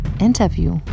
Interview